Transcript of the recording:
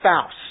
spouse